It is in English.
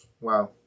Wow